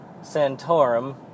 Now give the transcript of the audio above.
Santorum